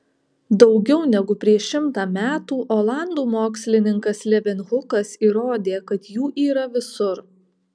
daugiau negu prieš šimtą metų olandų mokslininkas levenhukas įrodė kad jų yra visur